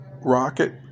rocket